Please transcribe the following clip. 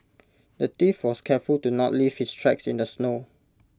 the thief was careful to not leave his tracks in the snow